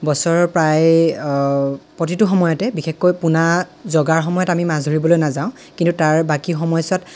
বছৰৰ প্ৰায় প্ৰতিটো সময়তে বিশেষকৈ পোনা জগাৰ সময়ত আমি মাছ ধৰিবলৈ নাযাওঁ কিন্তু তাৰ বাকী সময়চোৱাত